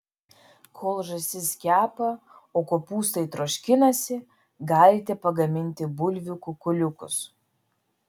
kol žąsis kepa o kopūstai troškinasi galite pagaminti bulvių kukuliukus